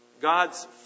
God's